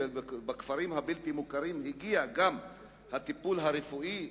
וגם לכפרים הבלתי-מוכרים יגיע הטיפול הרפואי?